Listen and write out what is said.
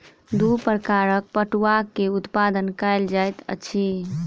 दू प्रकारक पटुआ के उत्पादन कयल जाइत अछि